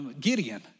Gideon